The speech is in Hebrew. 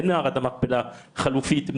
אין מערת מכפלה חלופית.